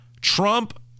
Trump